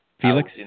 Felix